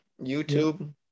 YouTube